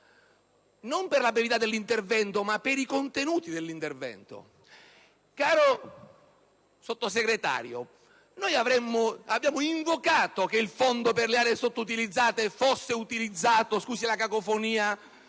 non per la brevità dell'intervento, ma per i suoi contenuti. Caro Sottosegretario, noi abbiamo invocato che il Fondo per le aree sottoutilizzate fosse utilizzato - scusi la cacofonia